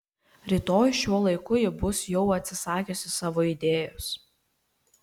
rytoj šiuo laiku ji bus jau atsisakiusi savo idėjos